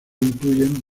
incluyen